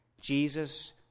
Jesus